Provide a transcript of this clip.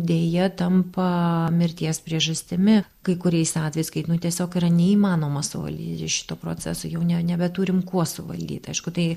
deja tampa mirties priežastimi kai kuriais atvejais kai nu tiesiog yra neįmanoma suvaldyti šito proceso jau ne nebeturim kuo suvaldyt aišku tai